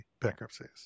bankruptcies